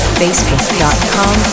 Facebook.com